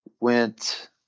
Went